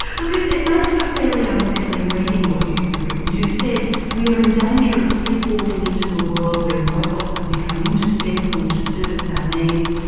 look it it makes for fairly unsettling reading what you've written. you've said we are in danger of sleep walking into a world where robots have become indispensible to service our needs,